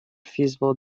feasible